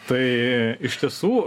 tai iš tiesų